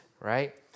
right